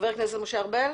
חבר הכנסת משה ארבל.